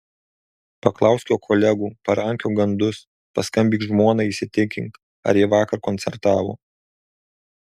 paklausk jo kolegų parankiok gandus paskambink žmonai įsitikink ar ji vakar koncertavo